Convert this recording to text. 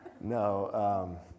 no